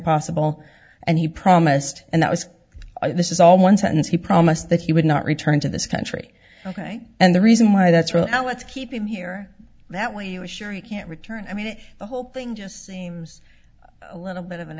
possible and he promised and that was this is all one sentence he promised that he would not return to this country ok and the reason why that's really what's keeping me here that way you are sure you can't return i mean the whole thing just seems a little bit of an